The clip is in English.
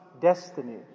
destiny